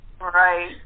right